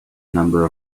number